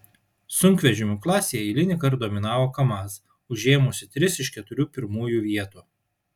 sunkvežimių klasėje eilinį kartą dominavo kamaz užėmusi tris iš keturių pirmųjų vietų